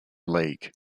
league